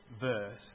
verse